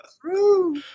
true